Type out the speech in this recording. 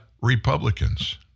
Republicans